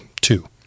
two